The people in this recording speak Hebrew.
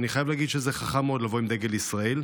ואני חייב להגיד שזה חכם מאוד לבוא עם דגל ישראל,